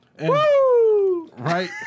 Right